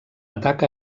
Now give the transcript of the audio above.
atac